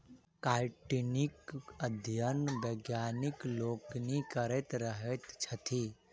काइटीनक अध्ययन वैज्ञानिक लोकनि करैत रहैत छथि